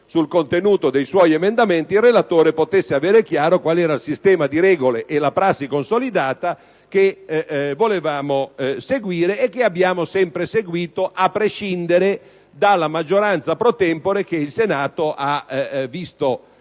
sul contenuto dei suoi emendamenti il relatore potesse aver chiaro qual era il sistema di regole e la prassi consolidata che volevamo seguire e che abbiamo sempre seguito a prescindere dalla maggioranza *pro tempore* del Senato nelle